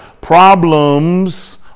Problems